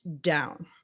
down